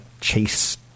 Chase